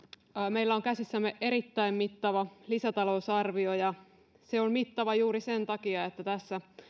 meillä on käsissämme erittäin mittava lisätalousarvio ja se on mittava juuri sen takia että tässä